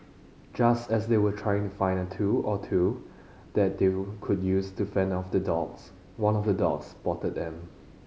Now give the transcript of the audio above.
just as they were trying to find a tool or two that they would could use to fend off the dogs one of the dogs spotted them